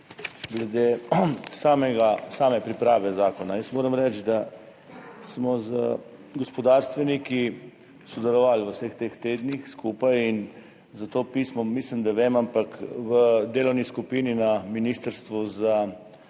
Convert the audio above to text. glede same priprave zakona. Jaz moram reči, da smo skupaj z gospodarstveniki sodelovali v vseh teh tednih in za to pismo mislim, da vem, ampak v delovni skupini enkrat na ministrstvu za